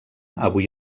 avui